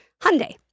Hyundai